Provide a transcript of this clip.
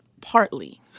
partly